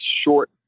short